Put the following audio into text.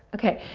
okay,